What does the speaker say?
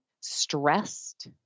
stressed